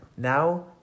Now